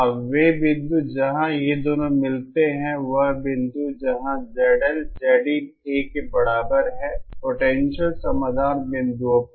अब वे बिंदु जहाँ ये दोनों मिलते हैं वह बिंदु है जहाँ ZL ZinA के बराबर है - पोटेंशियल समाधान बिंदुओं पर